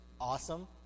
awesome